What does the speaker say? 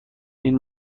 این